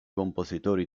compositori